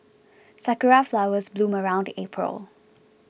sakura flowers bloom around April